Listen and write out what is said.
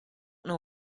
know